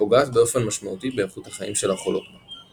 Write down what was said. ופוגעת באופן משמעותי באיכות החיים של החולות בה.